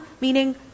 meaning